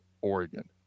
Oregon